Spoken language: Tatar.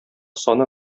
саны